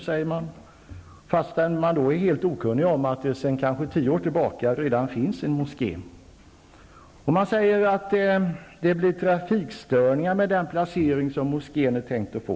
I allmänhet är man helt okunnig om att det sedan cirka tio år finns en moské i en annan del av staden. Man säger att det blir trafikstörningar med den placering som moskén är tänkt att få.